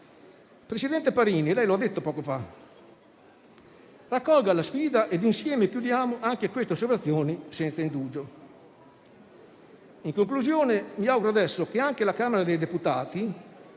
presidente Parini, come ha detto poco fa, raccolga la sfida e chiudiamo insieme anche su queste osservazioni, senza indugio. In conclusione, mi auguro adesso che anche la Camera dei deputati